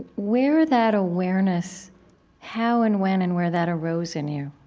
where that awareness how and when and where that arose in you